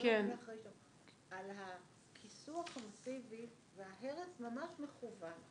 אני לא יודעת מי אחראי על הכיסוח המאסיבי ועל הרס ממש מכוון.